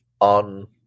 on